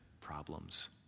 problems